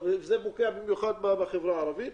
זה מורכב בחברה הערבי,